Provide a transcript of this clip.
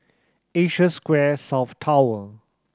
Asia Square South Tower